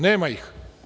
Nema ih.